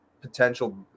potential